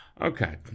Okay